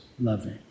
loving